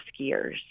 skiers